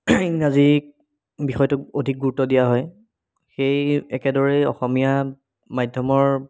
ইংৰাজী বিষয়টোত অধিক গুৰুত্ব দিয়া হয় সেই একেদৰেই অসমীয়া মাধ্যমৰ